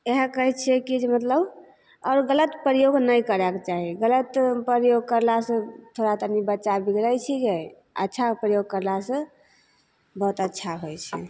इएहे कहय छियै की जे मतलब आओर गलत प्रयोग नहि करयके चाही गलत प्रयोग करलासँ थोड़ा तनि बच्चा बिगड़य छिकै अच्छा प्रयोग करलासँ से बहुत अच्छा होइ छै